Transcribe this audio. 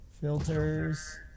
Filters